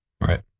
Right